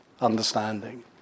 understanding